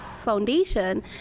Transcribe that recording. foundation